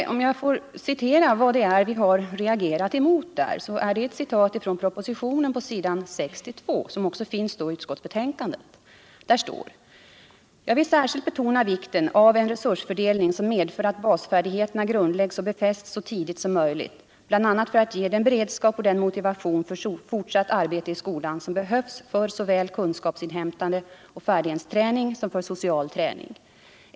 För att visa vad det är vi har reagerat emot vill jag citera från propositionen på s. 62 — det återfinns också i utskottsbetänkandet: ”Jag vill särskilt betona vikten av en resursfördelning som medför att basfärdigheterna grundliäggs och befästs så tidigt som möjligt, bl.a. för att ge den beredskap och den motivation för fortsatt arbete i skolan som behövs för såväl kunskapsinhämtande och färdighetsträning som för social träning.